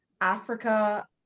africa